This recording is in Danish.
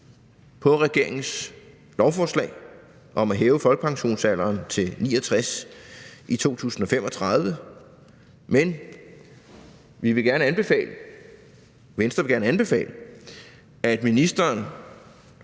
på regeringens lovforslag om at hæve folkepensionsalderen til 69 år i 2035. Men Venstre vil gerne anbefale, at ministeren